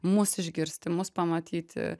mus išgirsti pamatyti